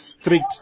strict